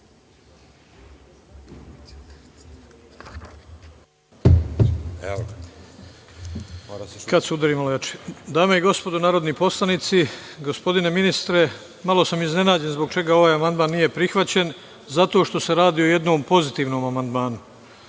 **Sreto Perić** Dame i gospodo narodni poslanici, gospodine ministre, malo sam iznenađen zbog čega ovaj amandman nije prihvaćen, zato što se radi o jednom pozitivnom